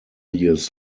years